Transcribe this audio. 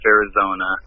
Arizona